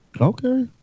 Okay